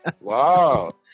Wow